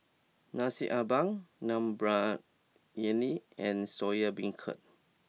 Nasi Ambeng Dum Briyani and Soya Beancurd